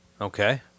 Okay